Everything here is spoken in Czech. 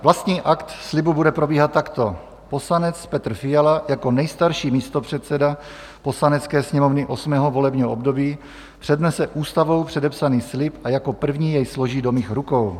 Vlastní akt slibu bude probíhat takto: poslanec Petr Fiala jako nejstarší místopředseda Poslanecké sněmovny VIII. volebního období přednese ústavou předepsaný slib a jako první jej složí do mých rukou.